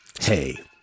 Hey